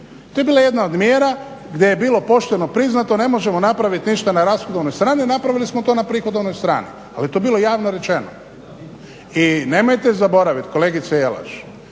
To je bila jedna od mjera gdje je bilo pošteno priznato, ne možemo napraviti ništa na rashodovnoj strani, napravili smo to na prihodovnoj strani ali je to bilo javno rečeno. I nemojte zaboraviti kolegice Jelaš,